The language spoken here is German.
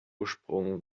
ursprung